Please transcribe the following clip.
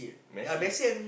Messi